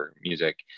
music